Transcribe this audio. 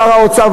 שר האוצר,